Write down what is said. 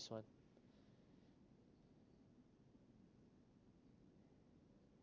one